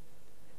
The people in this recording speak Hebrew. ולכן